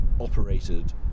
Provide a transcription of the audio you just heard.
operated